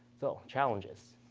so challenges,